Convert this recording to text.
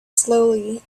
slowly